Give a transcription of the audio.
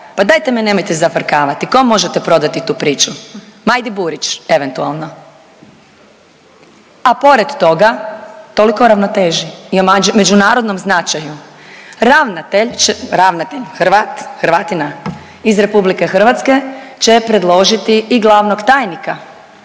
Pa dajte me nemojte zafrkavati. Kom možete prodati tu priču? Majdi Burić eventualno, a pored toga toliko o ravnoteži i o međunarodnom značaju. Ravnatelj, Hrvat, Hrvatina iz RH će predložiti i glavnog tajnika,